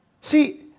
See